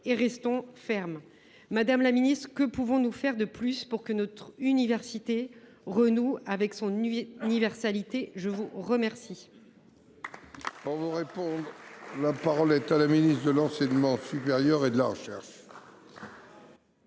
et restons fermes ! Madame la ministre, que pouvons nous faire de plus pour que notre université renoue avec son universalité ? Bravo ! La parole